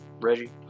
reggie